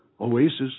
oasis